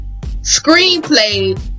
screenplay